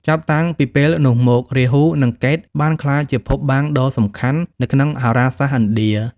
ចាប់តាំងពីពេលនោះមក រាហូ និងកេតុបានក្លាយជាភពបាំងដ៏សំខាន់នៅក្នុងហោរាសាស្ត្រឥណ្ឌា។